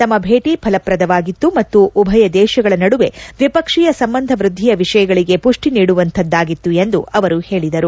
ತಮ್ಮ ಭೇಟಿ ಫಲಪ್ರದವಾಗಿತ್ತು ಮತ್ತು ಉಭಯ ದೇಶಗಳ ನದುವೆ ದ್ವಿಪಕ್ಷೀಯ ಸಂಬಂಧ ವೃದ್ದಿಯ ವಿಷಯಗಳಿಗೆ ಪುಡ್ಡಿ ನೀಡುವಂಥದ್ದಾಗಿತ್ತು ಎಂದು ಅವರು ಹೇಳಿದರು